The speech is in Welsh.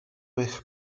eich